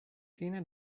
shiela